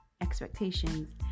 expectations